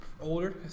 older